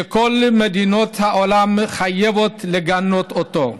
שכל מדינות העולם חייבות לגנות אותו.